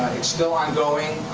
it's still ongoing.